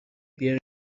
بیارین